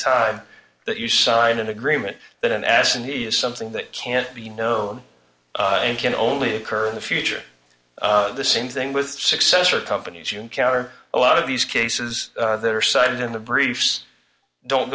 time that you sign an agreement that an ass and he is something that can't be no m and can only occur in the future the same thing with successor companies you encounter a lot of these cases that are cited in the briefs don't